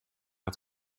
het